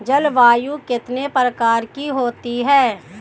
जलवायु कितने प्रकार की होती हैं?